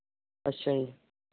ਅੱਛਾ ਜੀ